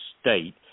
state